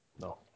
No